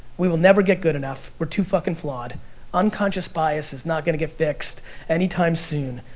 we will never get good enough, we're too fucking flawed. unconscious bias is not gonna get fixed any time soon.